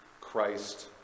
Christ